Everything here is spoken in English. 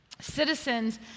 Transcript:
Citizens